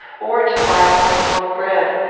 or to buy a morsel of bread.